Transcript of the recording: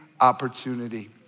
opportunity